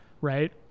Right